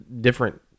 different